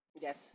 Yes